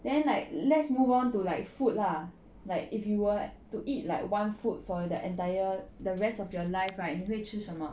then like let's move on to like food lah like if you were to eat like one food for the entire the rest of your life right 你会吃什么